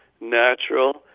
natural